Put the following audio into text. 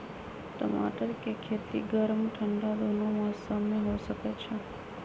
टमाटर के खेती गर्म ठंडा दूनो मौसम में हो सकै छइ